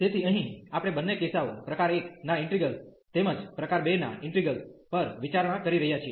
તેથી અહીં આપણે બંને કિસ્સાઓ પ્રકાર 1 ના ઈન્ટિગ્રલ તેમજ પ્રકાર 2 ના ઈન્ટિગ્રલ પર વિચારણા કરી રહ્યા છીએ